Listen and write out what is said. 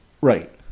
right